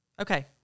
okay